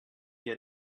yet